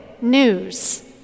news